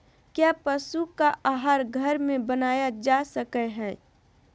क्या पशु का आहार घर में बनाया जा सकय हैय?